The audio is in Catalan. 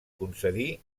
concedí